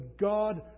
God